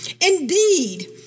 Indeed